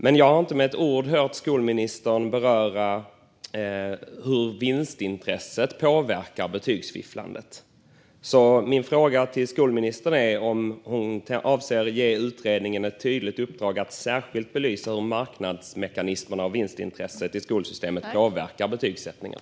Men jag har inte hört skolministern med ett ord beröra hur vinstintresset påverkar betygsfifflet. Min fråga till skolministern är därför om hon avser att ge utredningen ett tydligt uppdrag att särskilt belysa hur marknadsmekanismerna och vinstintresset i skolsystemet påverkar betygsättningen.